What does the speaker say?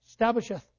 establisheth